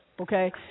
okay